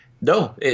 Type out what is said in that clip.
No